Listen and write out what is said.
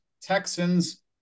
Texans